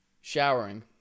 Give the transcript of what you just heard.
Showering